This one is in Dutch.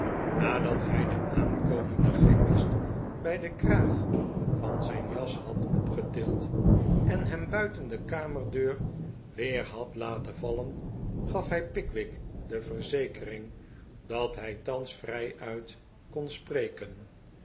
nadat hij den aankomenden chemist bij den kraag van zijn jas had opgetild en hem buiten de kamerdeur weer had laten vallen gaf hij pickwick de verzekering dat hij thans vrijuit kon spreken